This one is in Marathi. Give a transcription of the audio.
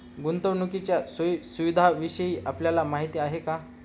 गुंतवणुकीच्या सोयी सुविधांविषयी आपल्याला माहिती आहे का?